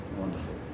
Wonderful